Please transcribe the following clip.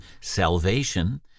salvation